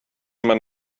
man